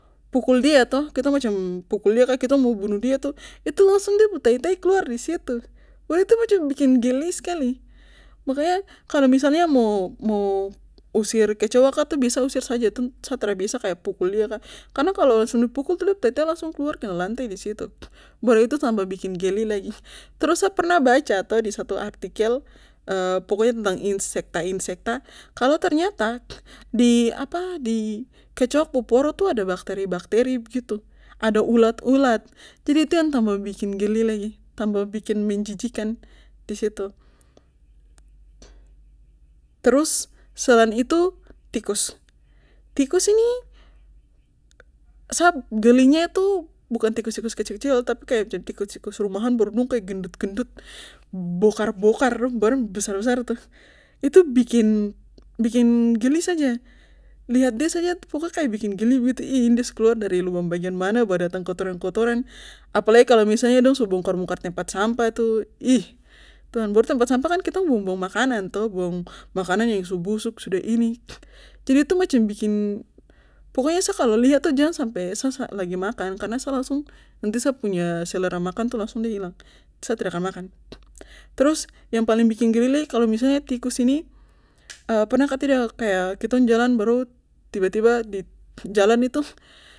Pukul dia toh kitong macam pukul dia kah mo bunuh dia tuh itu langsung de pu tai tai kelaur disitu we itu macam bikin geli skali makanya kalo misalnya mo mo usir kecoak kah biasa usir saja sa tra biasa kaya pukul dia kah karna kalo sambil pukul tuh langsung de pu tai tai keluar kena lantai disitu baru itu tambah bikin geli lagi trus sa pernah baca toh satu artikel pokoknya tentang insekta insekta kalo ternyata di apa di kecoak pu poro tuh ada bakteri bakteri begitu ada ulat ulat jadi itu tambah yang tambah bikin geli lagi tambah bikin menjijikan disitu terus selain itu tikus tikus ini sa gelinya itu bukan tikus kecil kecil tapi kaya tikus tikus rumahan baru dong kaya gendut gendut bokar bokar dong badan besar besar begitu itu bikin bikin geli saja lihat de saja pokoknya kek bikin geli saja begitu ih ini de su keluar dari lubang bagianmana bawa datang kotoran apalagi misalnya dong bongkar bongkar tempat sampah itu ih tuhan baru tambah tempat sampah an kitong buang buang makanann toh buang makanann yang su busuk sudah ini jadi itu macam bikin pokonya kalo sa lihat itu jang sampe sa lagi makan karna sa langsung nanti sa punya selera makan itu langsung de hilang sa trakan makan trus yang paling bikin geli lagi kalo misalnya tikus ini pernah kah tidak kaya kitong jalan baru tiba tiba di jalan itu